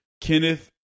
Kenneth